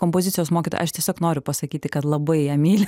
kompozicijos mokytoja aš tiesiog noriu pasakyti kad labai ją myliu